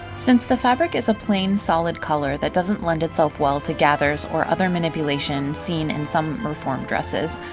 since the fabric is a plain solid color that doesn't lend itself well to gathers or other manipulation seen in some reform dresses,